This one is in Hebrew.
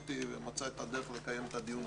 פניתי כמה פעמים